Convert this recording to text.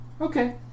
Okay